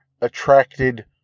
attracted